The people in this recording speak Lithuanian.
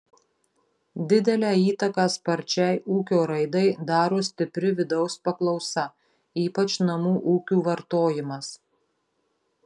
didelę įtaką sparčiai ūkio raidai daro stipri vidaus paklausa ypač namų ūkių vartojimas